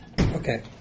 Okay